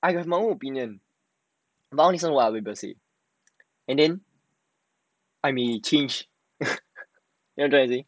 I got no opinion but I want to listen what other people say but then I may change you know what I'm trying to say